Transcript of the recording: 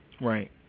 Right